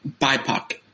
BIPOC